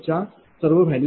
u